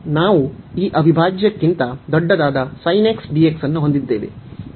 ನಾವು ಈ ಅವಿಭಾಜ್ಯಕ್ಕಿಂತ ದೊಡ್ಡದಾದ sin x dx ಅನ್ನು ಹೊಂದಿದ್ದೇವೆ